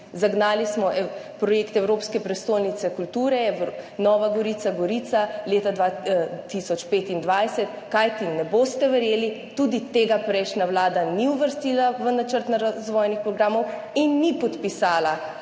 Zagnali smo projekt Evropska prestolnica kulture 2025, to bo Nova Gorica z Gorico, kajti ne boste verjeli, tudi tega prejšnja vlada ni uvrstila v načrt razvojnih programov in ni podpisala